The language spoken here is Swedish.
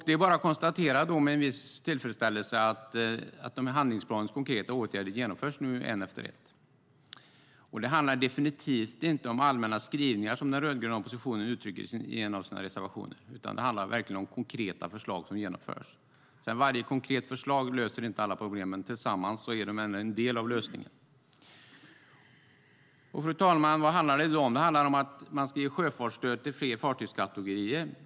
Det är bara att konstatera med en viss tillfredsställelse att handlingsplanens konkreta åtgärder nu genomförs en efter en. Det handlar definitivt inte om allmänna skrivningar, som den rödgröna oppositionen uttrycker sig i en av sina reservationer, utan om konkreta förslag som genomförs. Varje konkret förslag löser förstås inte alla problem, men tillsammans är de ändå en del av lösningen. Fru talman! Vad handlar det då om? Jo, det handlar om att man ska ge sjöfartsstöd till fler fartygskategorier.